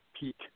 peak